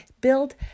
build